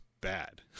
bad